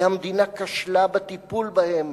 כי המדינה כשלה בטיפול בהם.